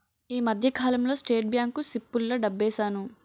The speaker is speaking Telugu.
ఈ మధ్యకాలంలో స్టేట్ బ్యాంకు సిప్పుల్లో డబ్బేశాను